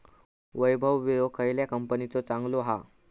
वैभव विळो खयल्या कंपनीचो चांगलो हा?